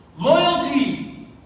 loyalty